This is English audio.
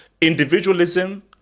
individualism